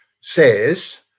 says